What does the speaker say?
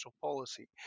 policy